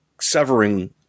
severing